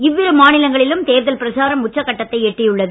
இவ்விரு மாநிலங்களிலும் தேர்தல் பிரச்சாரம் உச்சக்கட்டத்தை எட்டியுள்ளது